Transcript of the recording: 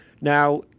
Now